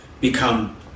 become